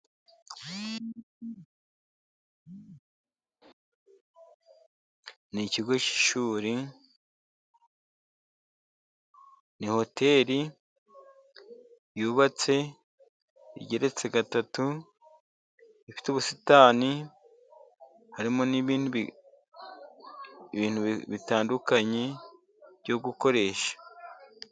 Ni ikigo cy'ishuri, ni hoteri yubatse igeretse gatatu ifite ubusitani, harimo n'ibindi bintu bitandukanye byo gukoresha.